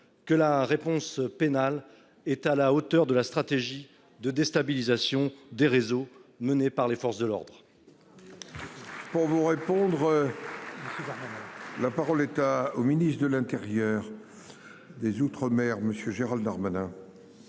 que la réponse pénale est à la hauteur de la stratégie de déstabilisation des réseaux menée par les forces de l'ordre. Pour vous répondre. Le six. La parole est à au ministre de l'Intérieur. Des outre-mer monsieur Gérald Darmanin.